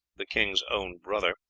the king's own brother,